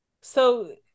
So-